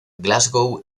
glasgow